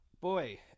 boy